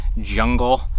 jungle